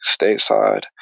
stateside